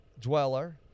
dweller